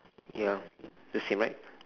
ya the same right